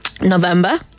november